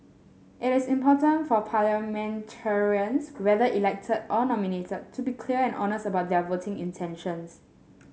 it is important for parliamentarians whether elected or nominated to be clear and honest about their voting intentions